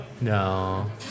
No